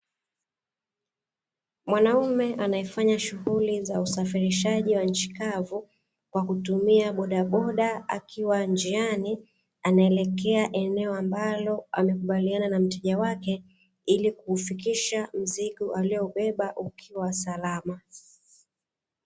Mwanaume anaefanya shughuli za usafirishaji wa nchi kavu kwa kutumia bodaboda, akiwa njiani anaelekea eneo ambalo amekubaliana na mteja wake ili kuufikisha mzigo alioubeba ukiwa salama.